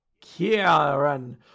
Kieran